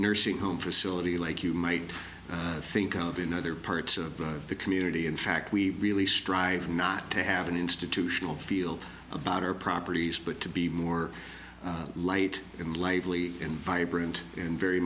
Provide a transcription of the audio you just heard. nursing home facility like you might think of in other parts of the community in fact we really strive not to have an institutional feel about our properties but to be more light in life really and vibrant and very